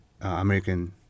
American